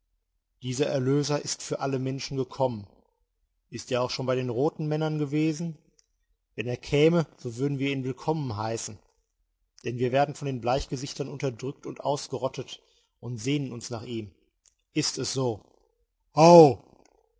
dieser erlöser ist für alle menschen gekommen ist er auch schon bei den roten männern gewesen wenn er käme so würden wir ihn willkommen heißen denn wir werden von den bleichgesichtern unterdrückt und ausgerottet und sehnen uns nach ihm ist es so howgh